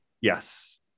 Yes